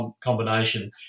combination